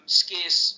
scarce